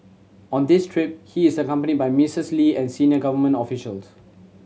on this trip he is accompanied by Missis Lee and senior government officials